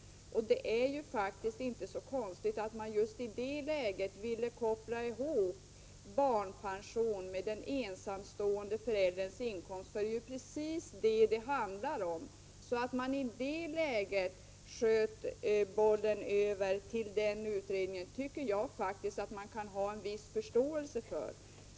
Det är inte så konstigt att man i det läget ville koppla ihop barnpensionen med den ensamstående förälderns inkomst. Det är ju detta det handlar om. Att man då sköt över bollen till den utredningen kan jag ha en viss förståelse för.